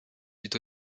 fut